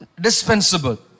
dispensable